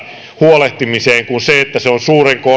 huolehtimiseen kuin silloin jos se on suuren